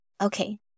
Okay